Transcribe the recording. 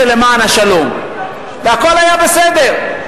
זה למען השלום, והכול היה בסדר.